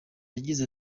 yagize